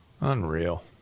Unreal